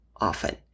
often